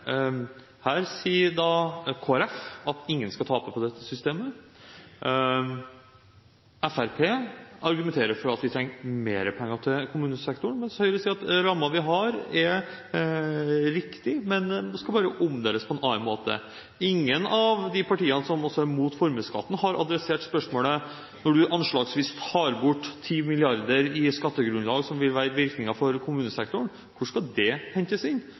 sier Kristelig Folkeparti at ingen skal tape på dette systemet. Fremskrittspartiet argumenterer for at vi trenger mer penger til kommunesektoren, mens Høyre sier at rammen vi har, er riktig, det skal bare omdeles på en annen måte. Ingen av de partiene som også er imot formuesskatten, har adressert spørsmålet: Når anslagsvis 10 mrd. kr i skattegrunnlag tas bort, som vil være virkningen for kommunesektoren, hvor skal det hentes inn?